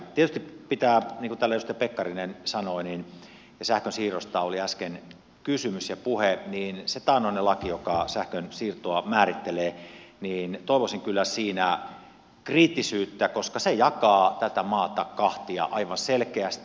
tietysti niin kuin täällä edustaja pekkarinen sanoi kun sähkönsiirrosta oli äsken kysymys ja puhe sen taannoisen lain osalta joka sähkönsiirtoa määrittelee toivoisin kyllä kriittisyyttä koska se jakaa tätä maata kahtia aivan selkeästi